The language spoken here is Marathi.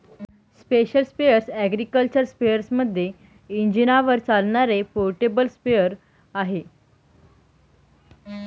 स्पेशल स्प्रेअर अॅग्रिकल्चर स्पेअरमध्ये इंजिनावर चालणारे पोर्टेबल स्प्रेअर आहे